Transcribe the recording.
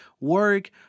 work